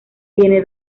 tiene